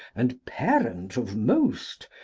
and parent of most,